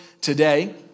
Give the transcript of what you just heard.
today